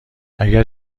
اگه